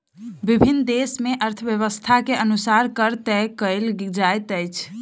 विभिन्न देस मे अर्थव्यवस्था के अनुसार कर तय कयल जाइत अछि